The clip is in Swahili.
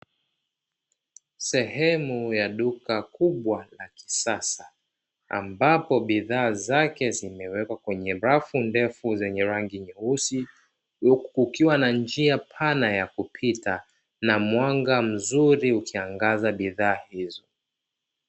Sehemu ya duka kubwa la kisasa, ambapo bidhaa zake zimewekwa kwenye rafu ndefu zenye rangi nyeusi. Huku kukiwa na njia pana ya kupita na mwanga mzuri ukiangaza bidhaa hizo.